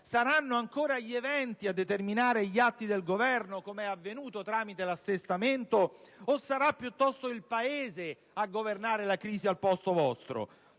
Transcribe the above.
Saranno ancora gli eventi a determinare gli atti del Governo (come avvenuto tramite l'assestamento) o sarà piuttosto il Paese a governare la crisi al posto vostro?